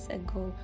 ago